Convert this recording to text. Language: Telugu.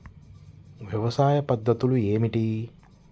వ్యవసాయ పద్ధతులు ఏమిటి?